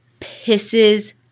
pisses